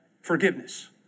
forgiveness